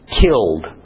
killed